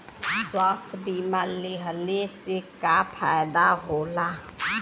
स्वास्थ्य बीमा लेहले से का फायदा होला?